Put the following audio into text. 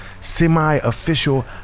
semi-official